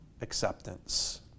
acceptance